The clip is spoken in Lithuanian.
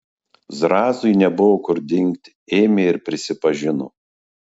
zrazui nebuvo kur dingti ėmė ir prisipažino